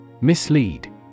Mislead